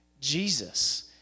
Jesus